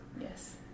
Yes